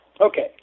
Okay